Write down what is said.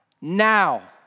now